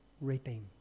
reaping